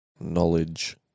knowledge